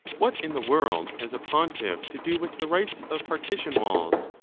what in the world has a pontiff to do with the rights of partition walls,